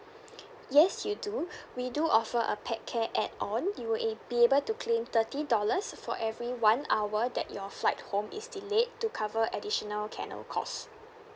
yes you do we do offer a pet care add-on you would a~ be able to claim thirty dollars for every one hour that your flight home is delayed to cover additional kennel cost